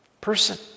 person